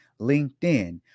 LinkedIn